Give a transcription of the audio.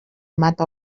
mata